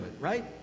right